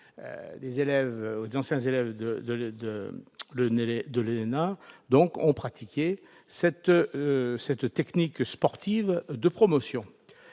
des anciens élèves de l'ENA ont pratiqué cette technique sportive de promotion